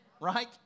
right